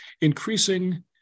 increasing